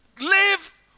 live